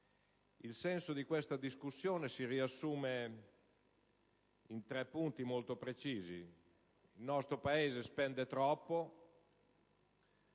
Il senso di questa discussione si riassume in tre punti molto precisi: il nostro Paese spende troppo,